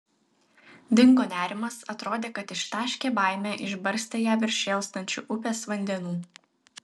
dingo nerimas atrodė kad ištaškė baimę išbarstė ją virš šėlstančių upės vandenų